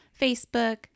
Facebook